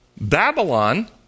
Babylon